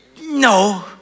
No